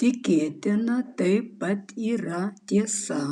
tikėtina taip pat yra tiesa